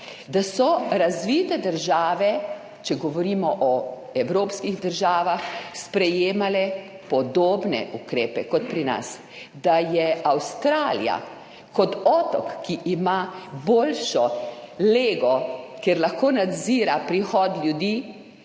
da so razvite države, če govorimo o evropskih državah, sprejemale podobne ukrepe kot pri nas, da je Avstralija kot otok, ki ima boljšo lego, kjer lahko nadzira prihod ljudi,